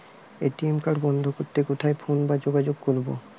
ATM card বন্ধ করতে কোথায় ফোন বা যোগাযোগ করব?